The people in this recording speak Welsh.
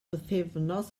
bythefnos